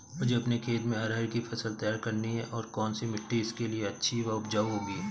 मुझे अपने खेत में अरहर की फसल तैयार करनी है और कौन सी मिट्टी इसके लिए अच्छी व उपजाऊ होगी?